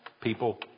people